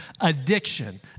addiction